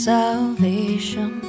salvation